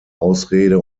ausrede